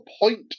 point